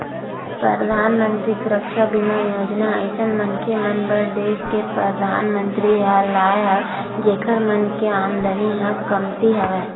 परधानमंतरी सुरक्छा बीमा योजना अइसन मनखे मन बर देस के परधानमंतरी ह लाय हवय जेखर मन के आमदानी ह कमती हवय